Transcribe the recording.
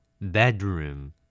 Bedroom